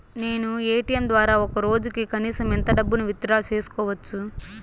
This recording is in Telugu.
నేను ఎ.టి.ఎం ద్వారా ఒక రోజుకి కనీసం ఎంత డబ్బును విత్ డ్రా సేసుకోవచ్చు?